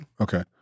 Okay